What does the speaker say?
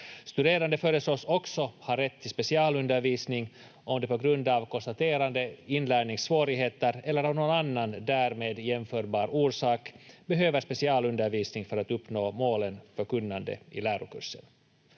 Studerande föreslås också ha rätt till specialundervisning om de på grund av konstaterade inlärningssvårigheter eller av någon annan därmed jämförbar orsak behöver specialundervisning för att uppnå målen för kunnande i lärokursen.